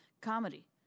comedy